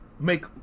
make